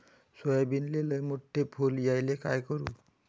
सोयाबीनले लयमोठे फुल यायले काय करू?